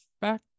back